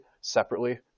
separately